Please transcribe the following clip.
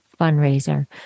Fundraiser